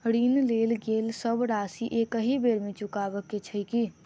ऋण लेल गेल सब राशि एकहि बेर मे चुकाबऽ केँ छै की?